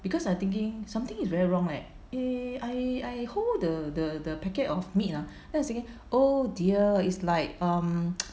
because I'm thinking something is very wrong leh eh I I hold the the packet of meat ah then I'm saying oh dear is like um